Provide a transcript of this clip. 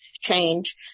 change